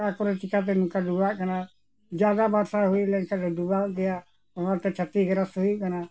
ᱚᱠᱟ ᱠᱚᱨᱮ ᱪᱤᱠᱟᱹᱛᱮ ᱱᱚᱝᱠᱟ ᱰᱩᱵᱟᱹᱜ ᱠᱟᱱᱟ ᱡᱟᱫᱟ ᱵᱚᱨᱥᱟ ᱦᱩᱭ ᱞᱮᱱᱠᱷᱟᱱ ᱰᱩᱵᱟᱹᱜ ᱜᱮᱭᱟ ᱚᱱᱟᱛᱮ ᱪᱷᱟᱛᱤᱠ ᱦᱩᱭᱩᱜ ᱠᱟᱱᱟ